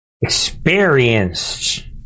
experienced